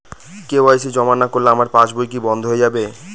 KYC জমা না করলে আমার পাসবই কি বন্ধ হয়ে যাবে?